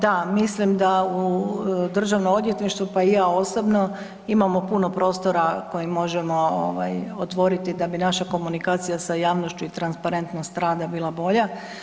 Da, mislim da u Državno odvjetništvo pa i ja osobno imamo puno prostora koji možemo otvoriti da bi naša komunikacija sa javnošću i transparentnost rada bila bolja.